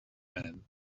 men